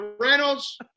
Reynolds